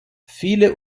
viele